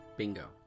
Bingo